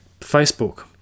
Facebook